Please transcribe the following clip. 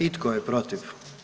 I tko je protiv?